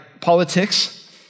politics